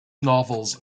novels